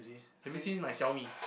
have you seen my Xiaomi